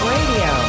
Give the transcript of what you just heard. Radio